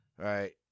Right